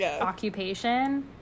occupation